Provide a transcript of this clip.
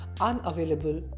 unavailable